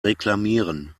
reklamieren